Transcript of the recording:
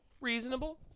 reasonable